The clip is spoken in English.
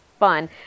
fun